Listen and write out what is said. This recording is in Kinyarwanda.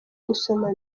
gusoma